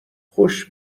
خوش